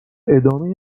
ادامه